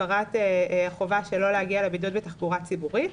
הפרת החובה שלא להגיע לבידוד בתחבורה ציבורית,